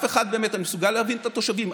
אני מסוגל להבין את התושבים,